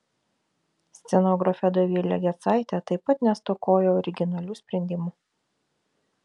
scenografė dovilė gecaitė taip pat nestokojo originalių sprendimų